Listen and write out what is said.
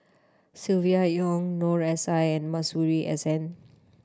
Silvia Yong Noor S I and Masuri S N